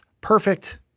perfect